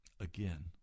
Again